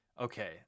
Okay